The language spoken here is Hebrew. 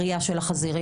RIA של החזיריות.